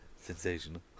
Sensational